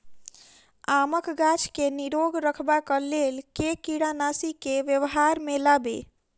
आमक गाछ केँ निरोग रखबाक लेल केँ कीड़ानासी केँ व्यवहार मे लाबी?